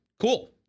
Cool